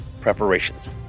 preparations